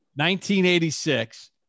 1986